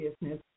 business